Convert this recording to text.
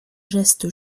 geste